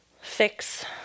fix